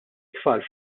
tfal